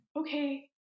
okay